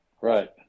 right